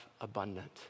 abundant